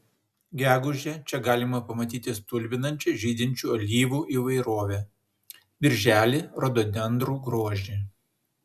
gegužę čia galima pamatyti stulbinančią žydinčių alyvų įvairovę birželį rododendrų grožį